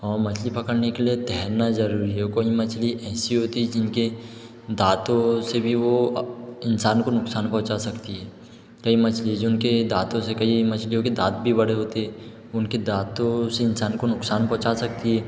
और मछली पकड़ने के लिए तैरना ज़रूरी है कोई मछली ऐसी होती है जिनके दाँतों से भी वो इंसान को नुक़सान पहुंचा सकती है कई मछली हैं जो उनके दाँतों से कई मछलियों के दाँत भी बड़े होते हैं उनके दाँतों से इंसान को नुक़सान पहुंचा सकती हैं